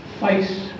face